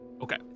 okay